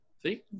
See